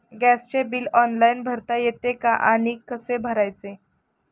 गॅसचे bill online भरता येते का आणि कसे भरायचे?